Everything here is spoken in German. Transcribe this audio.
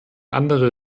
andere